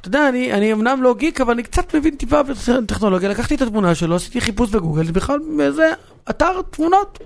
אתה יודע, אני אמנם לא גיק, אבל אני קצת מבין טיפה בטכנולוגיה. לקחתי את התמונה שלו, עשיתי חיפוש בגוגל, ובכלל מאיזה אתר תמונות.